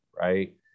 right